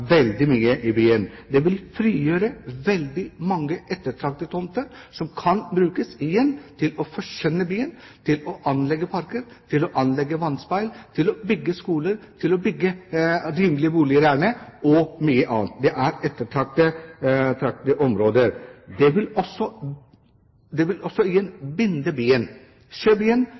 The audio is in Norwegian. veldig mye i byen. Det vil frigjøre veldig mange ettertraktede tomter, som igjen kan brukes til å forskjønne byen – ved å anlegge parker og vannspeil – og til å bygge skoler og rimelige boliger, helst, og til mye annet. Det er ettertraktede områder. Det vil også binde byen, Fjordbyen og fjorden sammen med Grønland og Gamlebyen, hvor det foreligger en